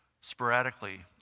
sporadically